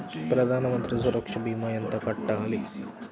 ప్రధాన మంత్రి సురక్ష భీమా ఎంత కట్టాలి?